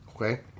okay